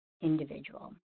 individual